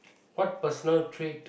what personal trait